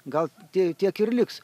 gal tie tiek ir liks